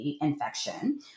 infection